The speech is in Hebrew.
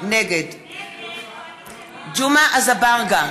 נגד ג'מעה אזברגה,